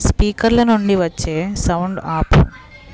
స్పీకర్ల నుండి వచ్చే సౌండు ఆపు